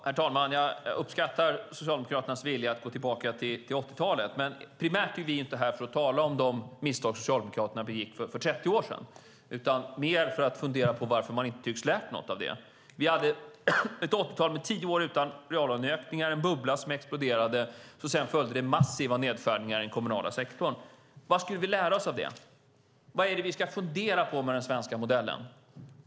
Herr talman! Jag uppskattar Socialdemokraternas vilja att gå tillbaka till 80-talet. Vi är inte primärt här för att tala om de misstag som Socialdemokraterna begick för 30 år sedan utan mer för att fundera på varför man inte tycks ha lärt något av det. Vi hade ett 80-tal med tio år utan reallöneökningar. Det var en bubbla som exploderade, och sedan följde massiva nedskärningar i den kommunala sektorn. Vad ska vi lära oss av det? Vad är det vi ska fundera på med den svenska modellen?